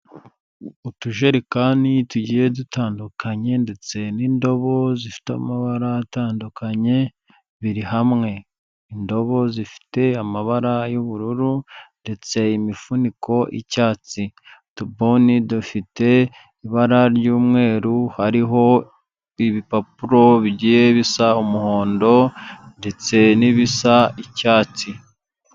Utujerekani tugiye dutandukanye ndetse n'indobo zifite amabara atandukanye biri hamwe, indobo zifite amabara y'ubururu ndetse imifuniko y'icyatsi, utubuni dufite ibara ry'umweru hariho ibipapuro bigiye bisa umuhondo ndetse n'ibisa icyatsi.